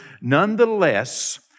nonetheless